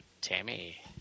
Tammy